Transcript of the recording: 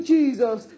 Jesus